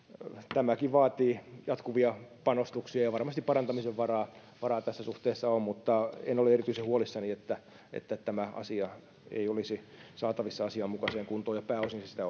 tämäkin vaatii jatkuvia panostuksia ja varmasti parantamisen varaa varaa tässä suhteessa on mutta en ole erityisen huolissani että että tämä asia ei olisi saatavissa asianmukaiseen kuntoon ja pääosin se sitä